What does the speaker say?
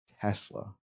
Tesla